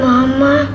Mama